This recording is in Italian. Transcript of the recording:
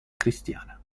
cristiana